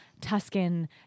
Tuscan